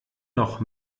noch